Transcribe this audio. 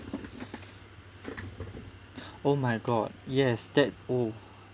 oh my god yes that oh